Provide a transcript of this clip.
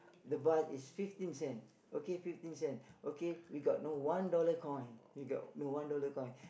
the bar is fifteen cent okay fifteen cent okay we got no one dollar coin we got no one dollar coin